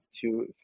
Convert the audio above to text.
two